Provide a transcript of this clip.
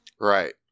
Right